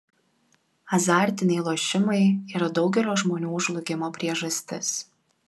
azartiniai lošimai yra daugelio žmonių žlugimo priežastis